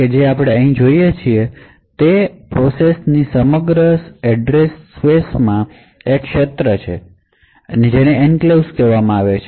એટલે કે આપણે અહીં જે જોઈએ છીએ તે એ છે કે પ્રોસેસની આ સમગ્ર સરનામાંની જગ્યામાં એક એરિયાછે જેને એન્ક્લેવ્સ કહેવામાં આવે છે